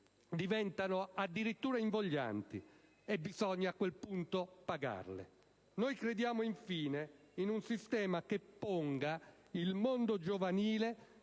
diventano addirittura invoglianti e bisogna a quel punto pagarle. Crediamo, infine, in un sistema che ponga il mondo giovanile